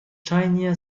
чаяния